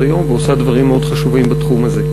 היום ועושה דברים מאוד חשובים בתחום הזה.